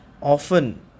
often